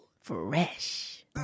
fresh